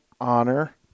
honor